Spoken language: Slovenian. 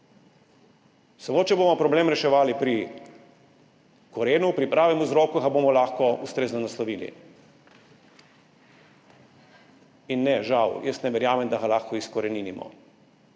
Samo če bomo problem reševali pri korenu, pri pravem vzroku, ga bomo lahko ustrezno naslovili. In ne, žal, jaz ne verjamem, da ga lahko izkoreninimo.